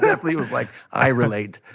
definitely was like, i relate